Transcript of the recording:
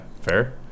fair